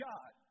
God